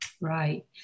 Right